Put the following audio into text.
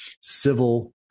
civil